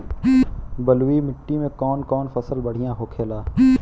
बलुई मिट्टी में कौन कौन फसल बढ़ियां होखेला?